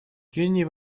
кении